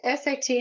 SAT